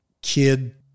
kid